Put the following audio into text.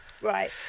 Right